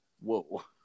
Whoa